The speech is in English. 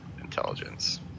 intelligence